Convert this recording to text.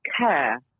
care